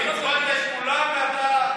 הצבעת עם כולם ואתה,